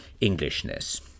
Englishness